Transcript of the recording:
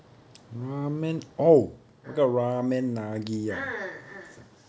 ah ah ah